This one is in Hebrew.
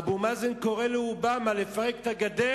אבו מאזן קורא לאובמה לפרק את הגדר.